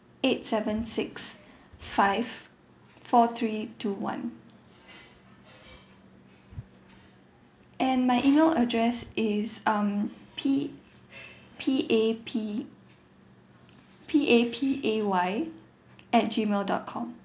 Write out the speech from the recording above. eight seven six five four three two one and my email address is um P P A P P A P A Y at G mail dot com